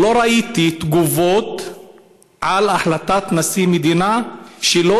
לא ראיתי תגובות על החלטת נשיא מדינה שלא